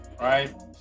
right